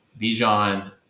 Bijan